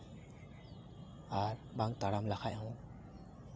ᱟᱨ ᱵᱟᱝ ᱛᱟᱲᱟᱢ ᱞᱮᱠᱷᱟᱡ ᱦᱚᱸ